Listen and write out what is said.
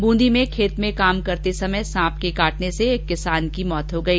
बूंदी में खेत में काम करते समय सांप के काटने से एक किसान की मौत हो गई